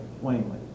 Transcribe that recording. plainly